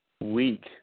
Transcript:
week